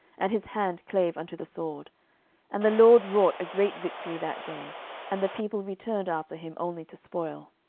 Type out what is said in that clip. and his hand clave unto the sword and the lord wrought a great victory that day and the people returned after him only to spoil.